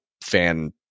fan